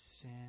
sin